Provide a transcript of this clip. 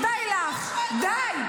די לך, די.